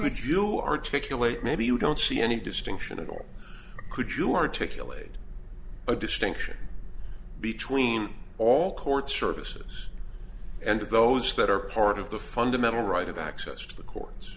you articulate maybe you don't see any distinction at all could you articulate a distinction between all court services and those that are part of the fundamental right of access to the courts